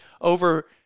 over